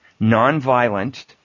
nonviolent